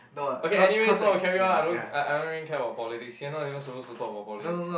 okay anyways not to carry on I don't I I don't even care about politics you're even supposed to talk about politics